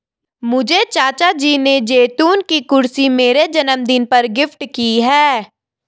मुझे चाचा जी ने जैतून की कुर्सी मेरे जन्मदिन पर गिफ्ट की है